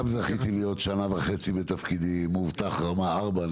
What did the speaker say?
זכיתי להיות שנה וחצי בתפקידי מאובטח רמה 4,